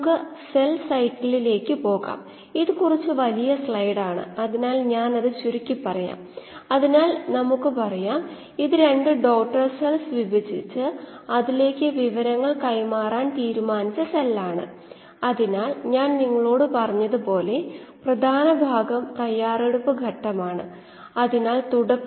നമ്മൾ അത് ഡെറിവേറ്റ് ചെയ്തതാണ് നമ്മൾ നിബന്ധനകൾ ഏകീകരിക്കുകയാണെങ്കിൽ കിട്ടുന്നത് നമുക്കറിയാം FDV സമവാക്യം ഇപ്പോൾ സ്റ്റഡി സ്റ്റേറ്റിൽ µ D ആയതുകൊണ്ട് എന്ന് കിട്ടും സ്ഥിരാവസ്ഥയിൽ µ D ആയത്കൊണ്ടും S µ നെ ബാധിക്കുന്നത് കൊണ്ടും അതായത്𝜇𝑚𝑆